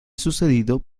sucedido